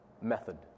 method